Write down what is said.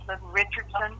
Richardson